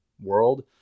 world